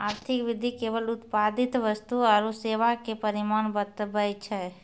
आर्थिक वृद्धि केवल उत्पादित वस्तु आरू सेवा के परिमाण बतबै छै